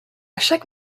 chaque